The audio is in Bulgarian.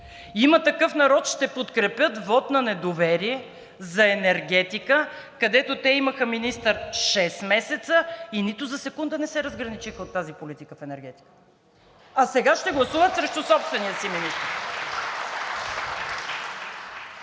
„Има такъв народ“ ще подкрепят вот на недоверие за енергетика, където те имаха министър – шест месеца, и нито за секунда не се разграничиха от тази политика в енергетиката. А сега ще гласуват срещу собствения си министър?!